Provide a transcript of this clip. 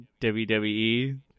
WWE